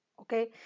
Okay